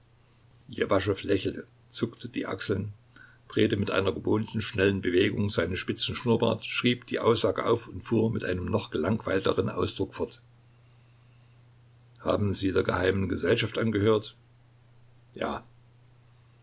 lächelte zuckte die achsel drehte mit einer gewohnten schnellen bewegung seinen spitzen schnurrbart schrieb die aussage auf und fuhr mit einem noch gelangweilteren ausdruck fort haben sie der geheimen gesellschaft angehört ja